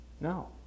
no